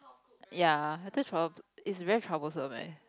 ya I too trouble~ is very troublesome leh